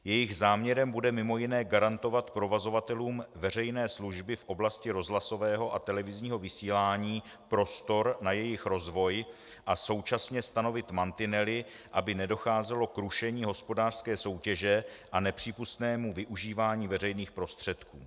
Jejich záměrem bude mimo jiné garantovat provozovatelům veřejné služby v oblasti rozhlasového a televizního vysílání prostor na jejich rozvoj a současně stanovit mantinely, aby nedocházelo k rušení hospodářské soutěže a nepřípustnému využívání veřejných prostředků.